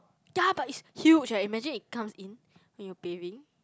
ya but it's huge eh imagine it comes in when you're bathing